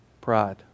Pride